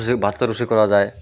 ଭାତ ରୋଷେଇ କରାଯାଏ